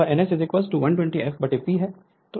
वह n S 120 f P है